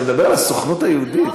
אתה מדבר על הסוכנות היהודית.